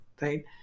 right